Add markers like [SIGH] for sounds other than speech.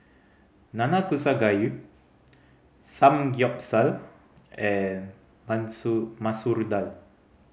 Nanakusa Gayu Samgeyopsal and [UNINTELLIGIBLE] Masoor Dal